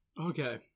Okay